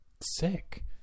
sick